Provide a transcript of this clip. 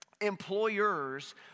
employers